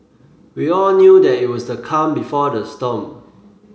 we all knew that it was the calm before the storm